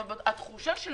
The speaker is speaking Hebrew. התחושה של